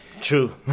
True